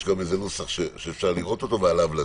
גם נוסח שאפשר לראות אותו ועליו לדון,